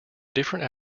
different